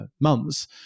months –